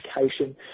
education